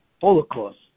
Holocaust